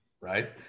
Right